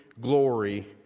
glory